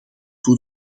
voor